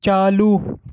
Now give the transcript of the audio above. چالو